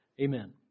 amen